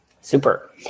Super